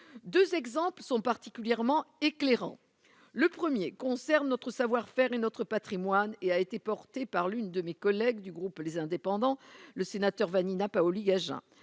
2 exemples sont particulièrement éclairant le 1er concerne notre savoir-faire et notre Patrimoine et a été porté par l'une de mes collègues du groupe, les indépendants, le sénateur Vanina Paoli-Gagin